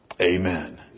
Amen